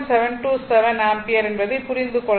727 ampere என்பது புரிந்து கொள்ளத்தக்கது